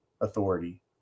authority